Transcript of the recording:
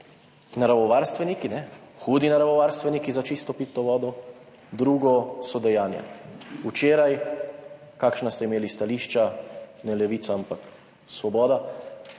naravovarstveniki, hudi naravovarstveniki za čisto pitno vodo, drugo so dejanja. Včeraj, kakšna ste imeli stališča, ne Levica, ampak Svoboda,